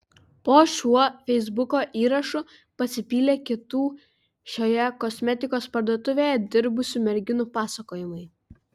po šiuo feisbuko įrašu pasipylė kitų šioje kosmetikos parduotuvėje dirbusių merginų pasakojimai